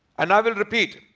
and i will repeat